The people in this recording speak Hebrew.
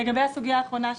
לגבי הסוגיה האחרונה,